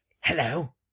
Hello